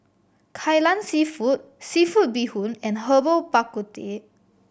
Kai Lan Seafood seafood bee hoon and Herbal Bak Ku Teh